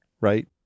right